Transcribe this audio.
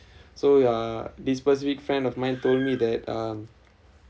so uh this specific friend of mine told me that um